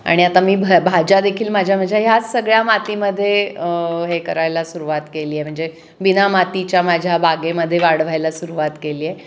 आणि आता मी भ भाज्यादेखील माझ्या माझ्या ह्याच सगळ्या मातीमध्ये हे करायला सुरुवात केली आहे म्हणजे बिना मातीच्या माझ्या बागेमध्ये वाढवायला सुरुवात केली आहे